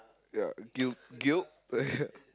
ya guilt guilt